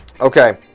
Okay